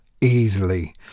easily